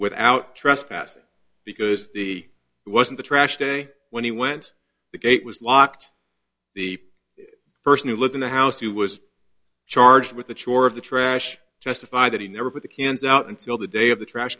without trespassing because he was in the trash day when he went the gate was locked the person who lived in the house who was charged with the chore of the trash testified that he never put the cans out until the day of the trash